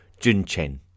Junchen